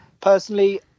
personally